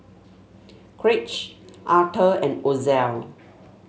Craig Arthur and Ozell